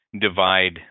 divide